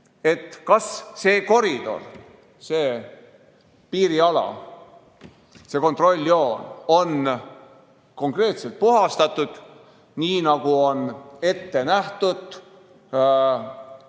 kas see koridor, see piiriala, see kontrolljoon on konkreetselt puhastatud, nii nagu on ette nähtud